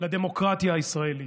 לדמוקרטיה הישראלית,